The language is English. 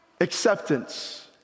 Acceptance